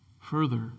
Further